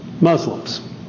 Muslims